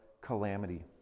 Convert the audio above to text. calamity